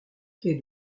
quai